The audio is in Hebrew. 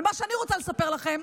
ומה שאני רוצה לספר לכם,